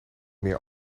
meer